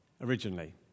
originally